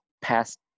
past